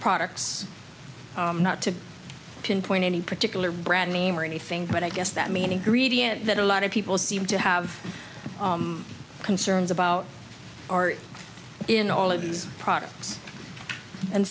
products not to pinpoint any particular brand name or anything but i guess that meaning greedy and that a lot of people seem to have concerns about art in all of these products and